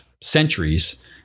centuries